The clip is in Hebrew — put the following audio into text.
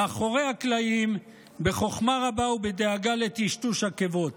מאחורי הקלעים, בחוכמה רבה ובדאגה לטשטוש עקבות.